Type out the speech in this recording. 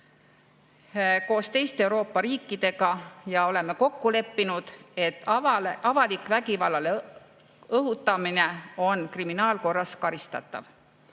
Koos teiste Euroopa riikidega oleme kokku leppinud, et avalik vägivallale õhutamine on kriminaalkorras karistatav.